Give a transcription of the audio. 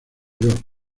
york